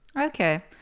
Okay